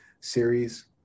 series